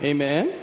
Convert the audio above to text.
Amen